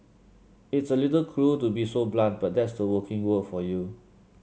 it's a little cruel to be so blunt but that's the working world for you